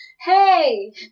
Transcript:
hey